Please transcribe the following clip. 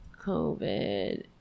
COVID